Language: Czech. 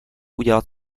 udělat